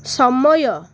ସମୟ